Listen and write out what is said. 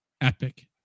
epic